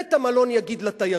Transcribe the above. בית-המלון יגיד לתיירים: